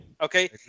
Okay